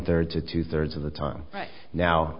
third to two thirds of the time right now